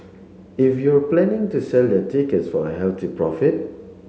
if you're planning to sell your tickets for a healthy profit